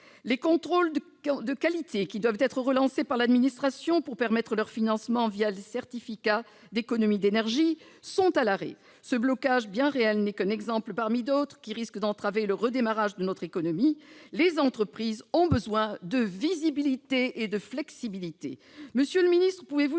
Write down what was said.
Les contrôles de qualité, qui doivent être relancés par l'administration pour permettre le financement de ces chantiers les certificats d'économies d'énergie (CEE), sont à l'arrêt. Ce blocage, bien réel, n'est qu'un exemple parmi d'autres qui risquent d'entraver le redémarrage de notre économie. Les entreprises ont besoin de visibilité et de flexibilité.